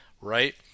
right